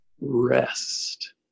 rest